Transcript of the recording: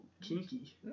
kinky